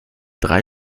drei